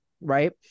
Right